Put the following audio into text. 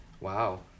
wow